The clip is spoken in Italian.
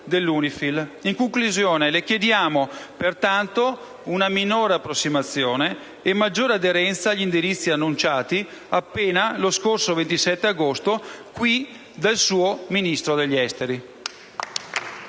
In conclusione, le chiediamo pertanto una minore approssimazione e una maggiore aderenza agli indirizzi annunciati appena lo scorso 27 agosto qui in Senato dal suo Ministro degli esteri.